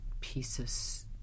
pieces